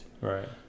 Right